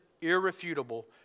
irrefutable